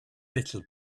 little